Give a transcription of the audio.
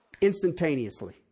instantaneously